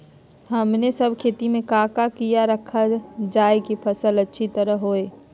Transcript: हमने सब खेती में क्या क्या किया रखा जाए की फसल अच्छी तरह होई?